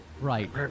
Right